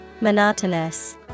Monotonous